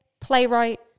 playwright